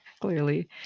clearly